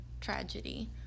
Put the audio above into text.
tragedy